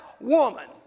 woman